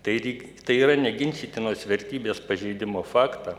tai lyg tai yra neginčytinos vertybės pažeidimo faktą